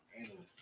analyst